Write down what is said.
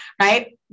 right